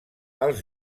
els